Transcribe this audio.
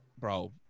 Bro